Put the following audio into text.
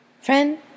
Friend